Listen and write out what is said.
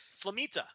Flamita